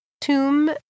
tomb